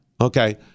Okay